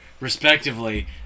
respectively